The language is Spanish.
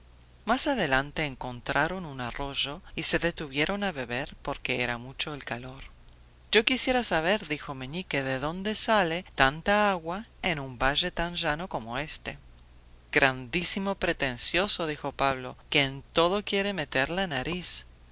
más adelante encontraron un arroyo y se detuvieron a beber porque era mucho el calor yo quisiera saber dijo meñique de dónde sale tanta agua en un valle tan llano como éste grandísimo pretencioso dijo pablo que en todo quiere meter la nariz